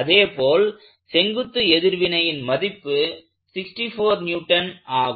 அதேபோல் செங்குத்து எதிர்வினையின் மதிப்பு 64N ஆகும்